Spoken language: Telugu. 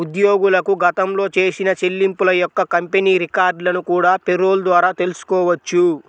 ఉద్యోగులకు గతంలో చేసిన చెల్లింపుల యొక్క కంపెనీ రికార్డులను కూడా పేరోల్ ద్వారా తెల్సుకోవచ్చు